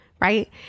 right